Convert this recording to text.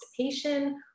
constipation